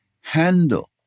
handle